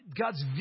God's